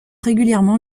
régulièrement